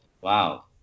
wow